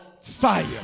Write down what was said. fire